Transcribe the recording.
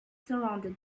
surrounded